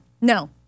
no